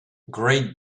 great